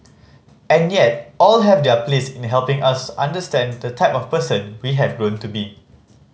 and yet all have their place in helping us understand the type of person we have grown to be